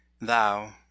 thou